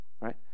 right